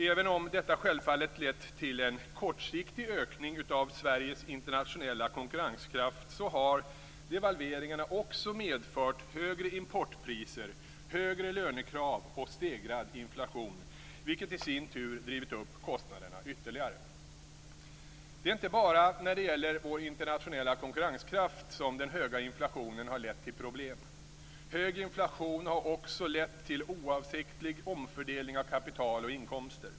Även om detta självfallet lett till en kortsiktig ökning av Sveriges internationella konkurrenskraft så har devalveringarna också medfört högre importpriser, högre lönekrav och stegrad inflation, vilket i sin tur drivit upp kostnaderna ytterligare. Det är inte bara när det gäller vår internationella konkurrenskraft som den höga inflationen har lett till problem. Hög inflation har också lett till oavsiktlig omfördelning av kapital och inkomster.